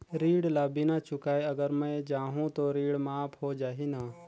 ऋण ला बिना चुकाय अगर मै जाहूं तो ऋण माफ हो जाही न?